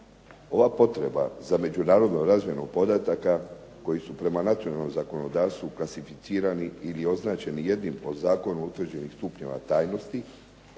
Ova potreba za međunarodnom razmjenom podataka koji su prema nacionalnom zakonodavstvu klasificirani ili označeni jednim po zakonu utvrđenih stupnjeva tajnosti